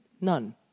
None